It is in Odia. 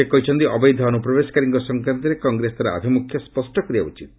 ସେ କହିଛନ୍ତି ଅବୈଧ ଅନୁପ୍ରବେଶକାରୀଙ୍କ ସଂକ୍ରାନ୍ତରେ କଂଗ୍ରେସ ତାର ଆଭିମୁଖ୍ୟ ସ୍ୱଷ୍ଟ କରିବା ଉଚିତ୍